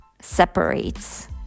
separates